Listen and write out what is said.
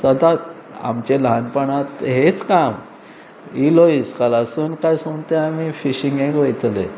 सदांच आमचे ल्हानपणांत हेंच काम इलो इस्कलासून कायांय सून तें आमी फिशिंगेक वयतले